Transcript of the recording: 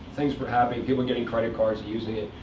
things were happening people getting credit cards and using it.